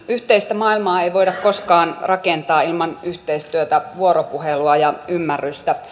yhteistä maailmaa ei voida koskaan rakentaa ilman yhteistyötä vuoropuhelua ja ymmärrystä